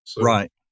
Right